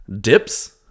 dips